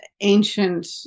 ancient